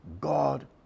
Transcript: God